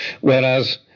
Whereas